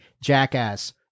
jackass